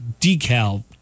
decal